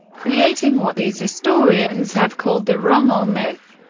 creating what these historians have called the rommel myth.